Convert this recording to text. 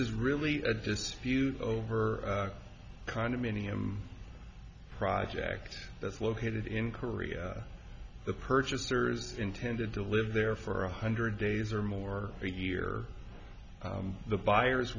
is really a dispute over a condominium project that's located in korea the purchasers intended to live there for a hundred days or more a year the buyers